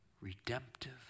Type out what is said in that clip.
Redemptive